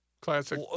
Classic